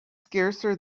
scarcer